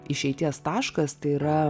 išeities taškas tai yra